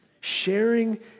sharing